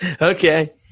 Okay